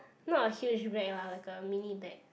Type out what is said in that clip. not a huge bag lah like a mini bag